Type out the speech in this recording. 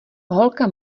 holka